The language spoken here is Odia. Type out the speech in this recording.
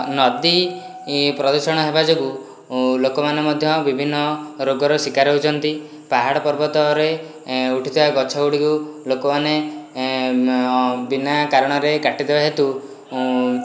ନଦୀ ପ୍ରଦୂଷଣ ହେବା ଯୋଗୁଁ ଲୋକମନେ ମଧ୍ୟ ବିଭିନ୍ନ ରୋଗର ଶିକାର ହେଉଛନ୍ତି ପାହାଡ଼ ପର୍ବତରେ ଉଠିଥିବା ଗଛ ଗୁଡ଼ିକୁ ଲୋକମନେ ବିନା କାରଣରେ କାଟିଦେବା ହେତୁ